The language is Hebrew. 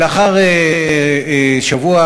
לאחר שבוע